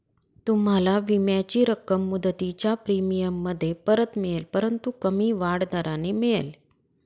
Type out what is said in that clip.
तुम्हाला विम्याची रक्कम मुदतीच्या प्रीमियममध्ये परत मिळेल परंतु कमी वाढ दराने मिळेल